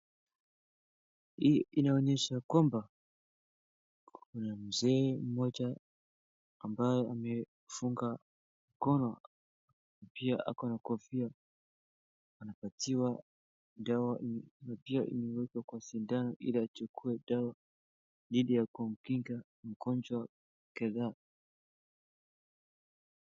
Hii inaonyesha kwamba, kuna mzee mmoja ambaye amefunga mkono, pia ako na kofia akiwa dawa pia imewekwa kwa sindano ili achukue dawa ile ya kumkinga magonjwa kadhaa.